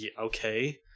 okay